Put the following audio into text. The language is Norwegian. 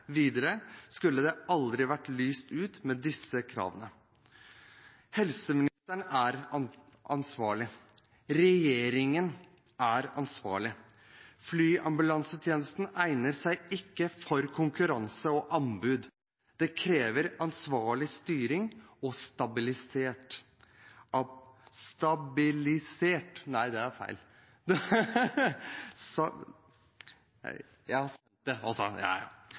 videre, skulle det aldri vært lyst ut med disse kravene. Helseministeren er ansvarlig. Regjeringen er ansvarlig. Flyambulansetjenesten egner seg ikke for konkurranse og anbud. Det krever ansvarlig styring og stabilitet. Vi må ta flyambulansetjenesten tilbake til staten. Tryggheten for folk i nord er truet. Hadde dette skjedd på Østlandet, tror jeg